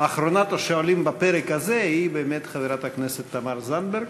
אחרונת השואלים בפרק הזה היא חברת הכנסת תמר זנדברג.